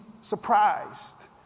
surprised